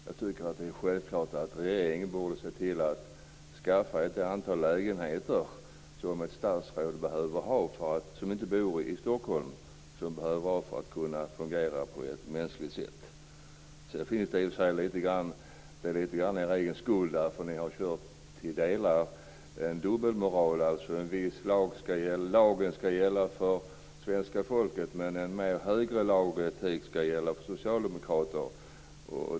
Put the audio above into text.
Jag tycker att det är självklart att regeringen borde se till att skaffa ett antal lägenheter som statsråd som inte bor i Stockholm behöver ha för att kunna fungera på ett mänskligt sätt. Det är lite er egen skuld eftersom ni till viss del har visat en dubbelmoral: en viss lag skall gälla för svenska folket, men en högre lag och etik skall gälla för socialdemokrater.